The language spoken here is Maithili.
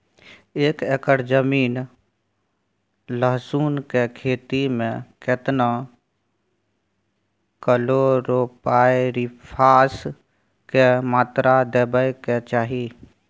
एक एकर जमीन लहसुन के खेती मे केतना कलोरोपाईरिफास के मात्रा देबै के चाही?